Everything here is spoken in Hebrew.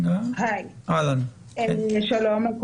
שלום.